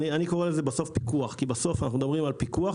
אני קורא לזה בסוף פיקוח כי בסוף אנחנו מדברים על פיקוח,